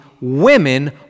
women